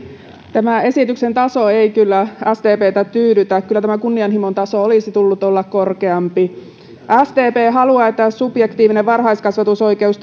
tämä esityksen taso ei kyllä sdptä tyydytä kyllä tämän kunnianhimon tason olisi tullut olla korkeampi sdp haluaa että subjektiivinen varhaiskasvatusoikeus